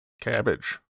cabbage